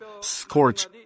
scorch